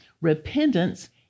Repentance